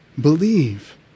Believe